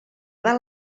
val